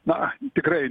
na tikrai